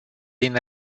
din